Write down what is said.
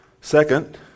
Second